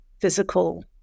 physical